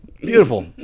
beautiful